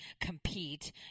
compete